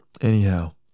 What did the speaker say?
Anyhow